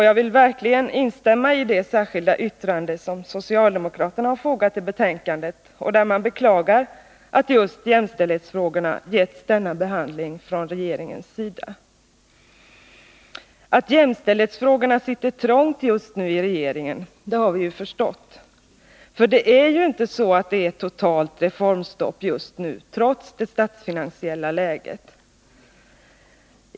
Jag vill verkligen instämma i det särskilda yttrande som socialdemokraterna har fogat till betänkandet och där man beklagar att just jämställdhetsfrågorna getts denna behandling från regeringens sida. Att jämställdhetsfrågorna just nu sitter trångt i regeringen har vi förstått — för det är ju inte så att det är totalt reformstopp just nu, trots det statsfinansiella läget.